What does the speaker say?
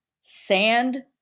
sand